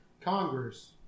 Congress